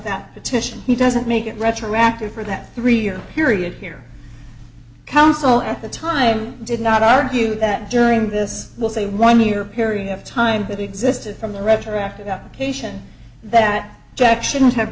that petition he doesn't make it retroactive for that three year period here counsel at the time did not argue that during this was a one year period of time that existed from the retroactive allocation that jack shouldn't have